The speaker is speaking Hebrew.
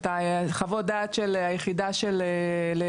את חוות הדעת של היחידה של הטובים